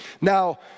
Now